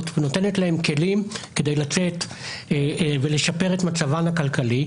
ונותנת להם כלים כדי לשפר את מצבן הכלכלי,